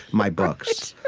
my books.